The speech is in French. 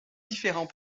différents